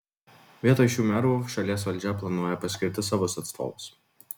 vietoj šių merų šalies valdžia planuoja paskirti savus atstovus